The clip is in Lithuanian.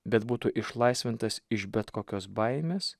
bet būtų išlaisvintas iš bet kokios baimės